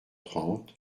trente